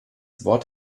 wort